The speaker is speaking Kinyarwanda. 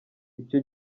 icyo